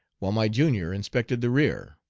while my junior inspected the rear.